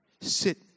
sit